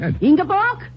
Ingeborg